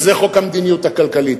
שזה חוק המדיניות הכלכלית.